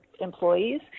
employees